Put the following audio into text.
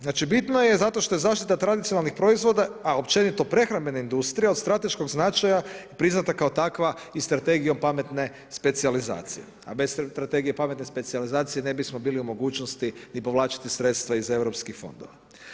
Znači bitno je zato što je zaštita tradicionalnih proizvoda, a općenito prehrambene industrije od strateškog značaja priznata kao takva i Strategijom pametne specijalizacije, a bez Strategije pametne specijalizacije ne bismo bili u mogućnosti niti povlačiti sredstva iz europskih fondova.